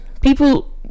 people